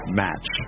match